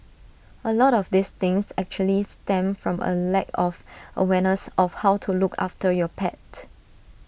A lot of these things actually stem from A lack of awareness of how to look after your pet